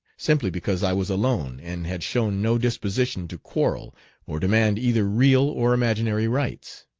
simply because i was alone and had shown no disposition to quarrel or demand either real or imaginary rights.